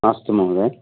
अस्तु महोदय